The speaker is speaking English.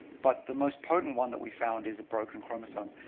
but the most potent one that we found is a broken chromosome.